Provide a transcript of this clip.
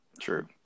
True